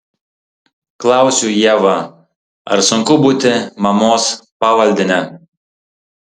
klausiu ievą ar sunku būti mamos pavaldine